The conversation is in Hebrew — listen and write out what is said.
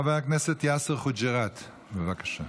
חבר הכנסת יאסר חוג'יראת, בבקשה.